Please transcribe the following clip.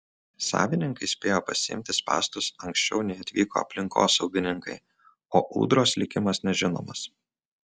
savininkai spėjo pasiimti spąstus anksčiau nei atvyko aplinkosaugininkai o ūdros likimas nežinomas